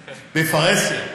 בפרהסיה.